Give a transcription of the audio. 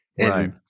Right